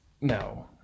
No